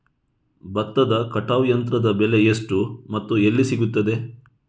ಭತ್ತದ ಕಟಾವು ಯಂತ್ರದ ಬೆಲೆ ಎಷ್ಟು ಮತ್ತು ಎಲ್ಲಿ ಸಿಗುತ್ತದೆ?